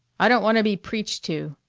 i don't want to be preached to.